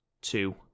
two